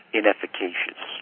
inefficacious